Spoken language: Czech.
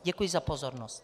Děkuju za pozornost.